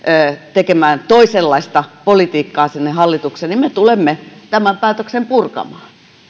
tekemään toisenlaista politiikkaa sinne hallitukseen niin me tulemme tämän päätöksen purkamaan